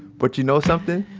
but you know something?